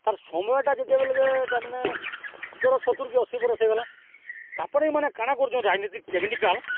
ତାର୍ ସମୟଟା ଯେତେବେଲ୍କେ ତା ମାନେ ଧର ସତୁର୍ କି ଅଶୀ ବରଷ୍ ହେଇଗଲା ତା'ପରେ ଇମାନେ କାଣା କରୁଚନ୍ ରାଜନୈତିକ୍ ଟେକ୍ନିକାଲ୍